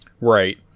right